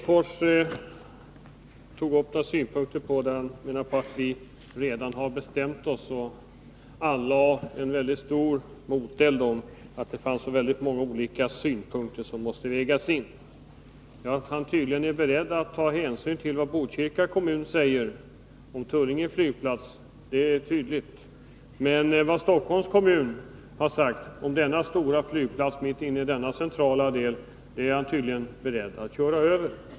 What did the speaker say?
Fru talman! Lars Hedfors säger att vi redan har bestämt oss. Han anlade en mycket stor moteld och menade att det fanns väldigt många olika synpunkter som också måste vägas in i diskussionen. Lars Hedfors är tydligen beredd att ta hänsyn till vad Botkyrka kommun säger om Tullinge flygplats. Men vad Stockholms kommun har uttalat om en så stor flygplats i en så central del är han uppenbarligen beredd att köra över.